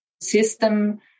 system